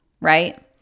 right